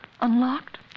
Unlocked